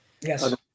Yes